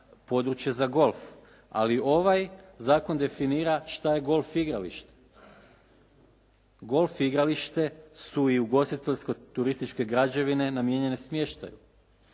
područje za golf, ali ovaj zakon definira šta je golf igralište. Golf igralište su i ugostiteljsko turističke građevine namijenjene smještaju.